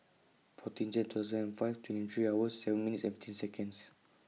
fourteen Jane two thousand five twenty three hours seven minute fifteen Seconds